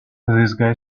guy